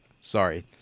Sorry